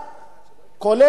כולל בחורף,